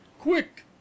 quick